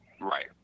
right